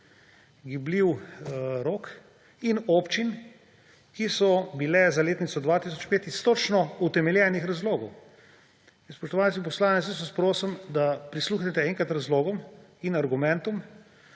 gibljiv rok, in občine, ki so predlagale letnico 2005 iz točno utemeljenih razlogov. Spoštovani poslanec, jaz vas prosim, da prisluhnete enkrat razlogom in argumentom,